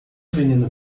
veneno